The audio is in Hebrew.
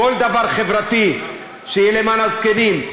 שלכל דבר חברתי שיהיה למען הזקנים,